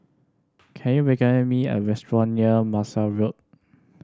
can you recommend me a restaurant near Marshall Road